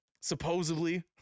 supposedly